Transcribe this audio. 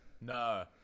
No